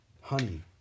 Honey